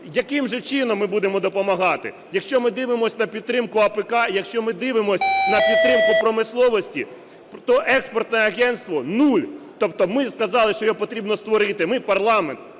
Яким же чином ми будемо допомагати? Якщо ми дивимося на підтримку АПК, якщо ми дивимося на підтримку промисловості, то експортне агентство – нуль. Тобто ми сказали, що його потрібно створити. Ми – парламент,